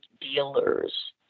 dealers